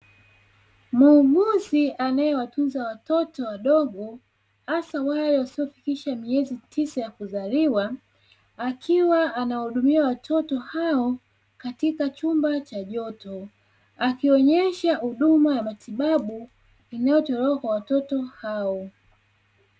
Muuguzi anayewatunza watoto wadogo, hasa wale wasiofikisha miezi tisa ya kuzaliwa, akiwa anawahudumia watoto hao katika chumba cha joto, akionyesha huduma ya matibabu inayotolewa kwa watoto hao.